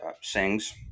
sings